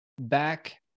back